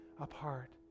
apart